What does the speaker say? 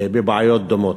בבעיות דומות,